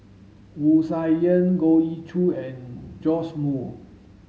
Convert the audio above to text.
Wu Tsai Yen Goh Ee Choo and Joash Moo